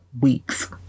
weeks